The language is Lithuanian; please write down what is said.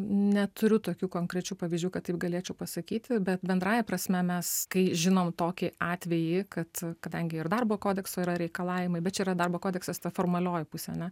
neturiu tokių konkrečių pavyzdžių kad taip galėčiau pasakyti bet bendrąja prasme mes kai žinom tokį atvejį kad kadangi ir darbo kodekso yra reikalavimai bet čia yra darbo kodeksas ta formalioji pusė ane